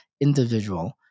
individual